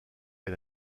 est